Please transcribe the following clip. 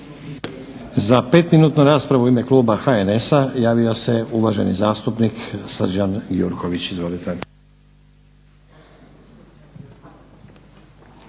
Za 5-minutnu raspravu u ime kluba HNS-a javio se uvaženi zastupnik Srđan Gjurković.